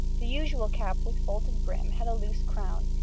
the usual cap with folded brim had a loose crown,